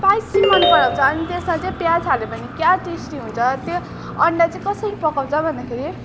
spicy मन पराउँछ अनि त्यसमा चाहिँ प्याज हाल्यो भने क्या टेस्टी हुन्छ त्यो अन्डा चाहिँ कसरी पकाउँछ भन्दाखेरि